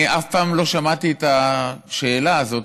אני אף פעם לא שמעתי את השאלה הזאת,